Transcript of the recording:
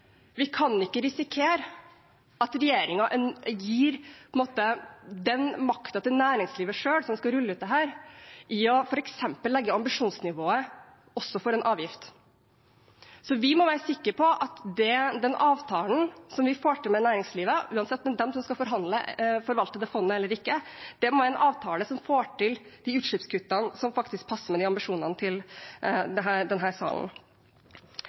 vi kan ikke risikere at regjeringen gir den makten til næringslivet selv, som skal rulle ut dette i f.eks. også legge ambisjonsnivået for en avgift. Vi må være sikker på at den avtalen som vi får til med næringslivet, uansett om det er de som skal forvalte det fondet eller ikke, må være en avtale som får til de utslippskuttene som faktisk passer med ambisjonene til denne salen. Det